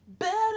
Better